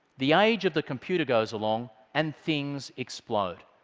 the age of the computer goes along and things explode.